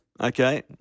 Okay